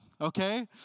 okay